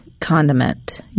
condiment